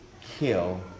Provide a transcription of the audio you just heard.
kill